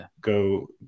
go